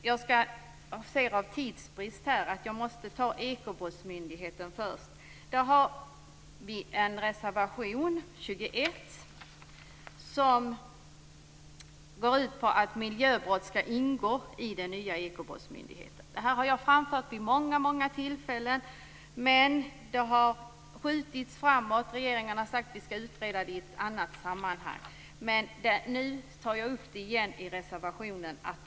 Jag ser att jag inte har mycket taletid kvar, så jag tar därför i första hand upp Miljöpartiet skriver i sin reservation 21 att miljöbrott skall ingå i Ekobrottsmyndighetens ansvarsområde. Det här har jag framfört vid många tillfällen, men det har skjutits framåt, och regeringen har sagt att man skall utreda frågan i ett annat sammanhang. Jag tar nu i reservationen upp frågan på nytt.